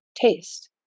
taste